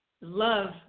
Love